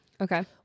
Okay